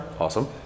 Awesome